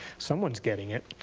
someone's getting it.